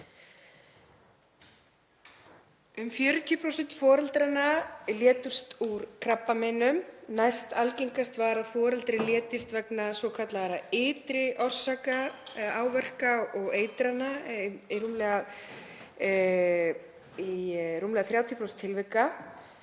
Um 40% foreldranna létust úr krabbameinum, næstalgengast var að foreldri létist vegna svokallaðra ytri orsaka, áverka og eitrana, í rúmlega 30% tilvika.